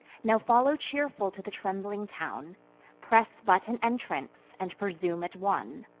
now follow cheerful to the trembling town press but an entrance, and presume it won.